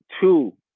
two